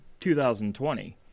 2020